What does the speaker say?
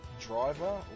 Driver